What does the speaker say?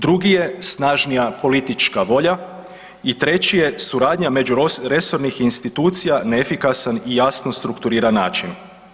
Drugi je snažnije politička volja i treći je suradnja međuresornih institucija na efikasan i jasno strukturiran način.